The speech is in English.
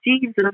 Jesus